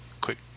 quick